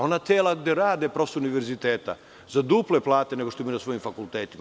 Ona tela gde rade profesori univerziteta za duple plate nego što imaju na svojim fakultetima.